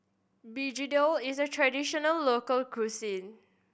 begedil is a traditional local cuisine